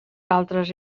altres